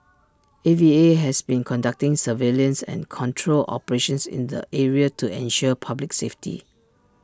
A V A has been conducting surveillance and control operations in the area to ensure public safety